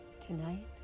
Tonight